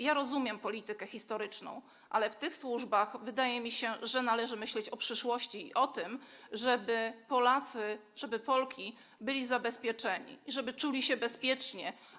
Ja rozumiem politykę historyczną, ale w tych służbach, wydaje mi się, należy myśleć o przyszłości i o tym, żeby Polacy i Polki byli zabezpieczeni i żeby czuli się bezpiecznie.